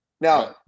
Now